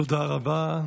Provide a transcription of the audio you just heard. תודה רבה.